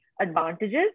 advantages